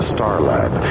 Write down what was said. Starlab